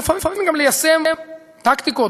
ולפעמים גם ליישם פרקטיקות,